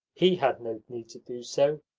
he had no need to do so,